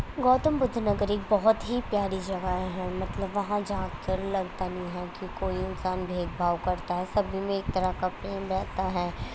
گوتم بدھ نگر ایک بہت ہی پیاری جگہ ہے مطلب وہاں جا کر لگتا نہیں ہے کہ کوئی انسان بھید بھاؤ کرتا ہے سب میں ایک طرح کا پریم رہتا ہے